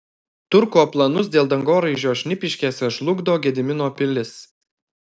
turko planus dėl dangoraižio šnipiškėse žlugdo gedimino pilis